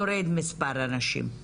יורד מספר הנשים.